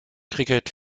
cricket